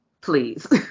please